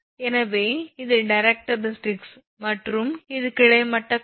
எனவே இது டைரக்ட்ரிக்ஸ் மற்றும் இது கிடைமட்ட கோடு